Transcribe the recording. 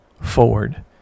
forward